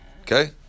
Okay